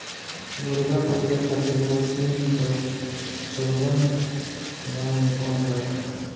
मुर्गा पकड़े खातिर मशीन कअ चलन गांव में कम बाटे